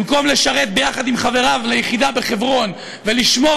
במקום לשרת ביחד עם חבריו ליחידה בחברון ולשמור